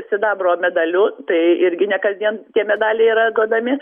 sidabro medaliu tai irgi ne kasdien tie medaliai yra duodami